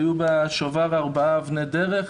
היו בשובר ארבעה אבני דרך,